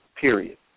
Period